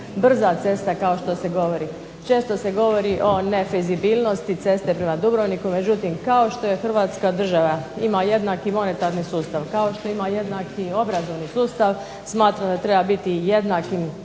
brza cesta kao što se govori. Često se govori o nefizibilnosti ceste prema Dubrovniku, međutim kao što je Hrvatska država ima jednaki monetarni sustav, kao što ima jednaki obrazovni sustav, smatram da treba biti jednako